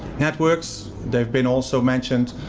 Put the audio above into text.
networks they've been also mentioned,